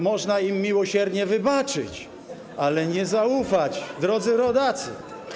Można im miłosiernie wybaczyć, ale nie zaufać, drodzy rodacy.